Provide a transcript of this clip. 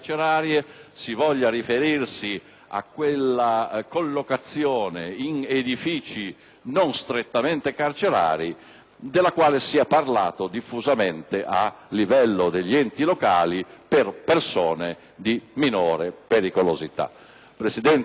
alla collocazione in edifici non strettamente carcerari, della quale si è parlato diffusamente a livello di enti locali per persone di minore pericolosità. Presidente e colleghi, ho fatto l'esempio